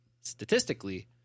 statistically